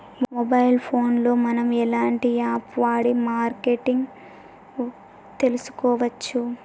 Mobile phone లో మనం ఎలాంటి యాప్ వాడి మార్కెటింగ్ తెలుసుకోవచ్చు?